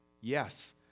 Yes